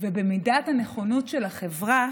ובמידת הנכונות של החברה